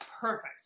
perfect